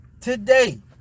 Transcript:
Today